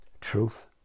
truth